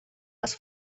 les